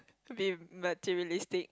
be materialistic